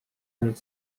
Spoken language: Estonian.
ainult